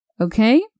okay